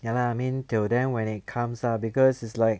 ya lah mean till then when it comes ah because is like